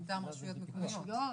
מטעם רשויות מקומיות.